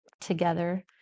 together